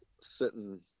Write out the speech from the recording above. sitting